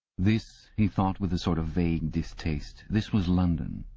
this, he thought with a sort of vague distaste this was london,